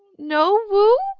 no whoo?